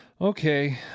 okay